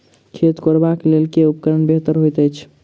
खेत कोरबाक लेल केँ उपकरण बेहतर होइत अछि?